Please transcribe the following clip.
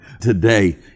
today